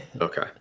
Okay